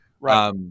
right